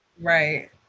Right